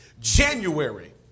January